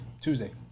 Tuesday